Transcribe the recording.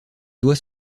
doigt